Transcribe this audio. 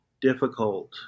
difficult